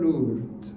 Lord